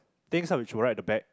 things you would write the back